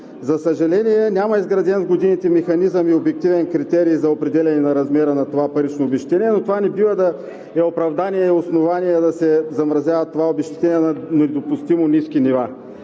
в годините няма изграден механизъм и обективен критерий за определяне на размера на това парично обезщетение, но това не бива да е оправдание и основание да се замразява това обезщетение на недопустимо ниски нива.